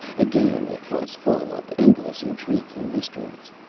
again it was full of endless, intriguing mysteries.